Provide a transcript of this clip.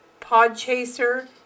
Podchaser